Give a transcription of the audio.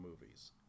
movies